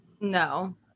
No